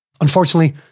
Unfortunately